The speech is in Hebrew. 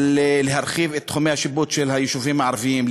להרחיב את תחומי השיפוט של היישובים הערביים,